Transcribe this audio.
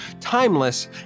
timeless